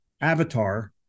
avatar